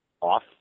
off